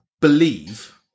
believe